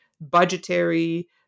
budgetary